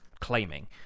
claiming